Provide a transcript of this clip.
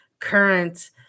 current